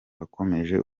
wakomeje